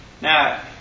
Now